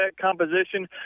composition